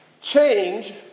change